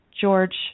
George